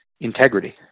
integrity